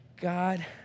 God